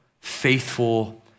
faithful